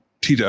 TW